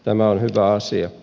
tämä on hyvä asia